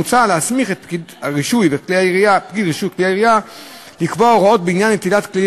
מוצע להסמיך את פקיד רישוי כלי הירייה לקבוע הוראות בעניין נטילת כלי